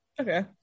Okay